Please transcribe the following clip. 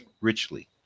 richly